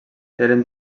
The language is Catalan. eren